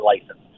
license